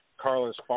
Carlos